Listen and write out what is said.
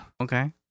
okay